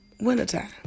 wintertime